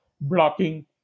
blocking